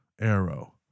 arrow